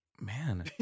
man